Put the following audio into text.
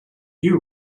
you